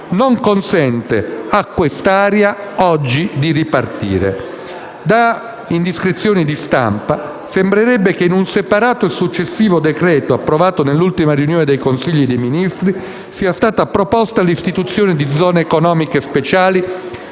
non consente oggi a quest'area del Paese di ripartire. Da indiscrezioni di stampa sembrerebbe che in un separato e successivo decreto, approvato nell'ultima riunione del Consiglio dei ministri, sia stata proposta l'istituzione di zone economiche speciali